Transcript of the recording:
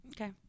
okay